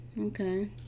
okay